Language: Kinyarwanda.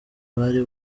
bari